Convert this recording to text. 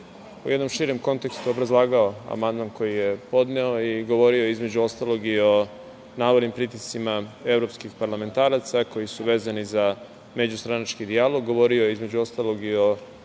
u jednom širem kontekstu obrazlagao amandman koji je podneo i govorio između ostalog i o navodnim pritiscima evropskih parlamentaraca koji su vezani za međustranački dijalog, govorio je između ostalog i o